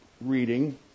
reading